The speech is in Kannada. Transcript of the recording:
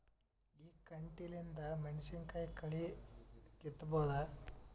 ಈ ಕಂಟಿಲಿಂದ ಮೆಣಸಿನಕಾಯಿ ಕಳಿ ಕಿತ್ತಬೋದ?